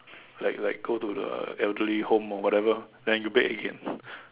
like like go to the elderly home or whatever then you bake again